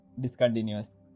discontinuous